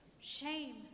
shame